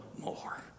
more